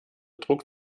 druck